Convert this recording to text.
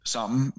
Sammen